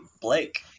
blake